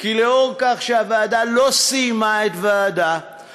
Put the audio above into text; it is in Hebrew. כי לאור כך שהוועדה לא סיימה את דיוניה,